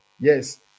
yes